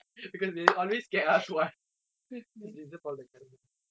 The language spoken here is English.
because they always scare us what so deserve all the karma